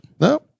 No